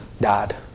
died